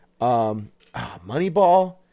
Moneyball